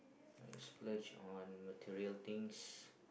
I splurge on material things